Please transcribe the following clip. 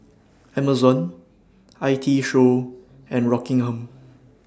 Amazon I T Show and Rockingham